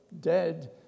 dead